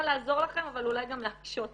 לעזור לכם אבל אולי גם להקשות עליכם.